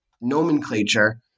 nomenclature